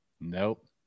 Nope